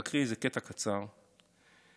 לקרוא קטע קצר שלפחות